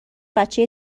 بچه